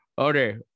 Okay